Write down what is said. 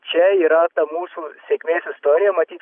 čia yra ta mūsų sėkmės istorija matyt